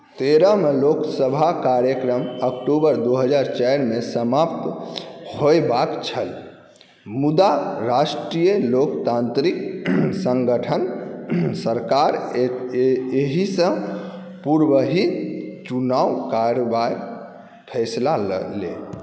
तेरह मे लोकसभा कार्यक्रम अक्टूबर दू हजार चारि मे समाप्त होयबाक छल मुदा राष्ट्रीय लोकतान्त्रिक संगठन सरकार एहिसँ पूर्वहि चुनाव करयबाक फैसला लऽ लेल